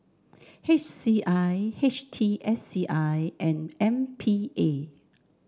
H C I H T S C I and M P A